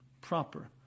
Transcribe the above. proper